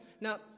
Now